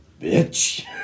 bitch